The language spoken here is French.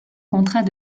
contrat